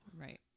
right